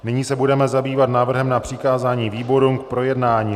Nyní se budeme zabývat návrhem na přikázání výborům k projednání.